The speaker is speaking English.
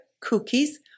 cookies